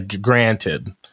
granted